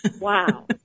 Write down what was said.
wow